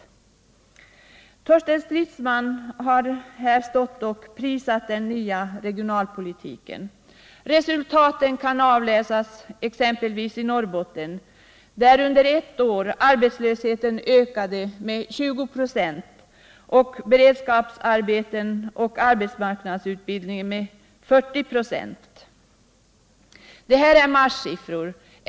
Torsten Stridsman har här stått och prisat den nya regionalpolitiken. Resultaten kan avläsas exempelvis i Norrbotten, där under ett år arbetslös = Nr 143 heten ökade med 20 96 och beredskapsarbetarna och arbetsmarknadsutbildningen med 40 96. Detta är marssiffror.